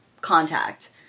contact